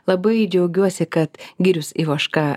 labai džiaugiuosi kad girius ivoška